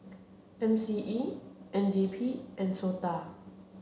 M C E N D P and SOTA